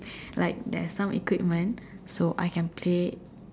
like there's some equipment so I can play